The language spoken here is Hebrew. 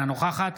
אינה נוכחת